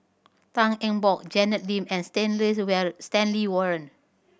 Tan Eng Bock Janet Lim and Stanley Warren